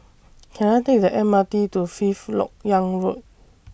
Can I Take The M R T to Fifth Lok Yang Road